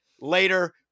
Later